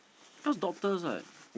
cause doctors what